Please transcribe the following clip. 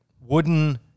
wooden